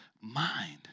mind